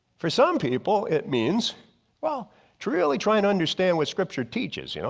for some people, it means well to really trying to understand what scripture teaches. you know